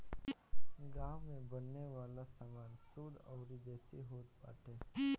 गांव में बने वाला सामान शुद्ध अउरी देसी होत बाटे